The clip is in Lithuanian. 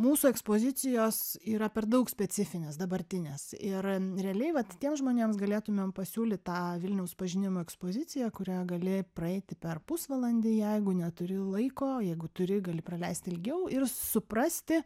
mūsų ekspozicijos yra per daug specifinės dabartinės ir realiai vat tiems žmonėms galėtumėm pasiūlyt tą vilniaus pažinimo ekspoziciją kurią gali praeiti per pusvalandį jeigu neturi laiko jeigu turi gali praleist ilgiau ir suprasti